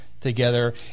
together